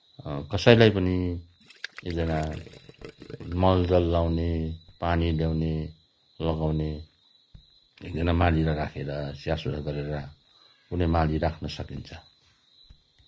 कसैलाई पनि एकजना मलजल लगाउने पानी ल्याउने लगाउने एकजना मालीलाई राखेर स्याहारसुसार गरेर कुनै माली राख्न सकिन्छ